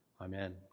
Amen